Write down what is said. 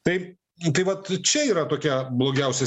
tai vat čia yra tokia blogiausia